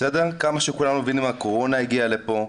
כמה שכולנו מבינים, הקורונה הגיעה לפה,